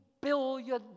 billion